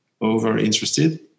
over-interested